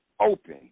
open